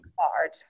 hard